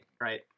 right